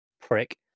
prick